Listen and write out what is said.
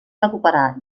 recuperar